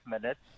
minutes